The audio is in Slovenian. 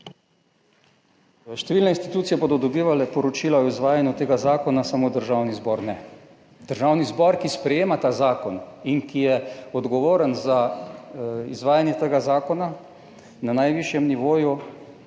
Številne institucije bodo dobivale poročila o izvajanju tega zakona, samo Državni zbor ne. Državni zbor, ki sprejema ta zakon in ki je odgovoren za izvajanje tega zakona na najvišjem nivoju,